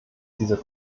dieser